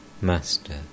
Master